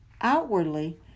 outwardly